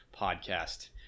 podcast